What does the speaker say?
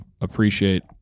appreciate